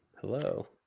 Hello